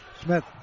Smith